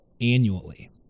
annually